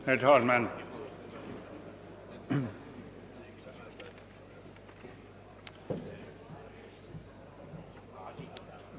Herr talman!